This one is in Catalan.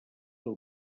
del